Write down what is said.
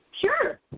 Sure